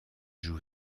joue